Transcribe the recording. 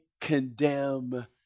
condemn